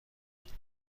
است